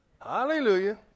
Hallelujah